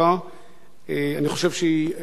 אני חושב שהיא חשובה, היא